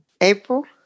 April